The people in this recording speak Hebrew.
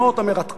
המרתקות,